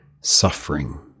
suffering